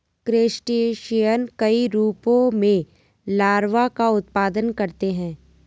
crustacean कई रूपों में लार्वा का उत्पादन करते हैं